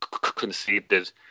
conceived